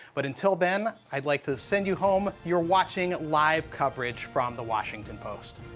but until then, i would like to send you home. you are watching live coverage from the washington post.